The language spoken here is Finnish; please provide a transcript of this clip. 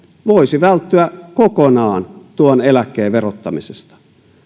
voisi välttyä kokonaan tuon eläkkeen verottamiselta